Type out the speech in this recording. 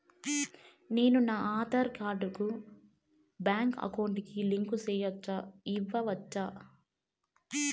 నేను నా ఆధార్ కార్డును బ్యాంకు అకౌంట్ కి లింకు ఇవ్వొచ్చా?